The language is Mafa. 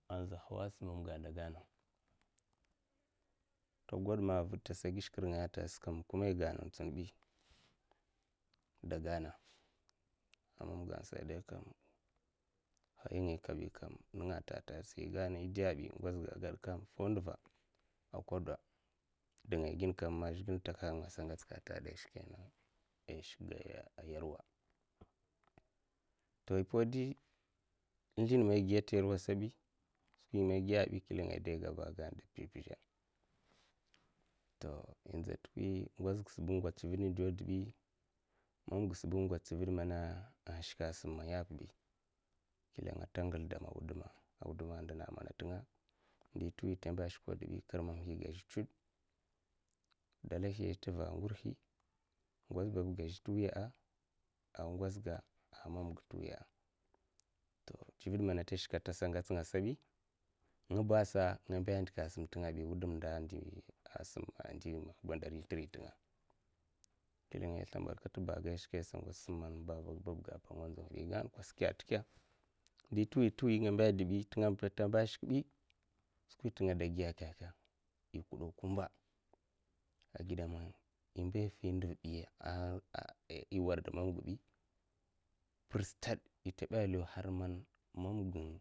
A, za hawuwa a sinn mamga a dagana to gwad ma a vid tasa gish kir ngaya a tagad a gaskam kuma igana intsunbi dagana, a mamga a sagadaikam hai ngaya kabikam ninga intanta tagadsikam idab ngozga gadkam foundiva a kwada dingai ginkam. man zhikle in takaha nga a ta geda ishikgaya a yarwa to ipawdi insldin mai giya t'yarwa sati skwi man igaya'abi aidiga baga inda pizh pizha to inza twi ngozgasiba ingwats tsivid indawdadabi mamgasiba anshka sim man yapabi klinga ata ngisldama wuduma'a wuduma'a a ndina mana tinga'a ndihi t'mba shkawdibi kar mahiga zha tsud dalihiya a zha t'va'a, a ngurhi ngoz babbga'a zha t'wiya'a, a ngozga a mamga to tsivid mana tashika a tasa ngatsnga sabi ngaba sandika sintingabi wudam inda manana ndi indi gwamdari a simtinga kling ai slimbadkad t'baga ai sa ngwats simna babbahigapa a nga nzawa had koske tike ndi tiwi ngamba dibi tingaba taslahaya shikbi skwi inta ngadu giya keke ikuddo kumba igidaman imba ai vi ndiubi iwarde mamgabi pirstad itaba law har manga.